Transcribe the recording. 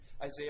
Isaiah